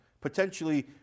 Potentially